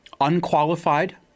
unqualified